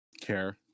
care